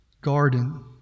garden